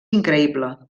increïble